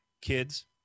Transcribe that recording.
Kids